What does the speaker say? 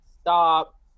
Stop